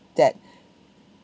that